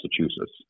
Massachusetts